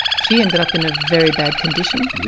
she ended up in a very bad condition.